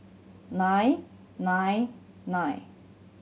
nine nine nine